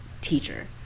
teacher